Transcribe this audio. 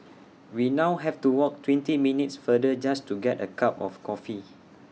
we now have to walk twenty minutes further just to get A cup of coffee